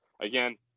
again